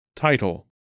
Title